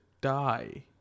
die